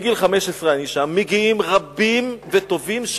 מגיל 15 אני שם, מגיעים בני-נוער רבים וטובים.